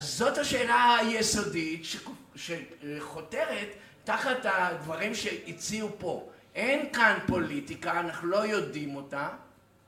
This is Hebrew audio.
זאת השאלה היסודית שחותרת תחת הדברים שהציעו פה, אין כאן פוליטיקה אנחנו לא יודעים אותה